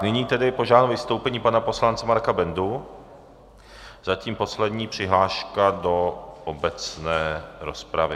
Nyní tedy požádám o vystoupení pana poslance Marka Bendu, zatím poslední přihláška do obecné rozpravy.